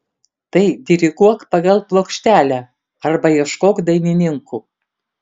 tai diriguok pagal plokštelę arba ieškok dainininkų